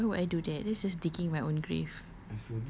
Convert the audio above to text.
of course not why would I do that that's just digging my own grave